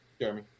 Jeremy